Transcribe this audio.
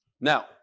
Now